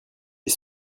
est